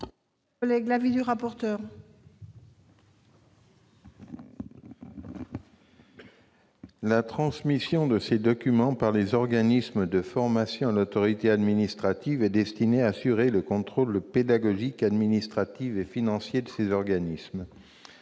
La transmission de ces documents par les organismes de formation à l'autorité administrative est destinée à assurer le contrôle pédagogique administratif et financier de ces organismes.